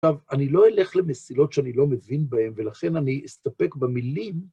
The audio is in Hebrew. עכשיו, אני לא אלך למסילות שאני לא מבין בהן, ולכן אני אסתפק במילים.